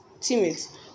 teammates